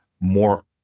more